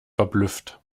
verblüfft